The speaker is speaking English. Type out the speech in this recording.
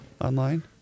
online